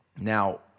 Now